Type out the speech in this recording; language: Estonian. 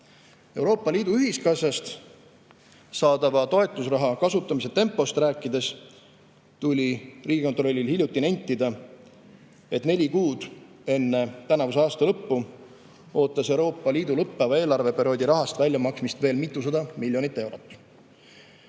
Euroopa Liidu ühiskassast saadava toetusraha kasutamise tempost rääkides tuli Riigikontrollil hiljuti nentida, et neli kuud enne tänavuse aasta lõppu ootas Euroopa Liidu lõppeva eelarveperioodi rahast väljamaksmist veel mitusada miljonit eurot.